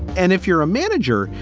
and if you're a manager,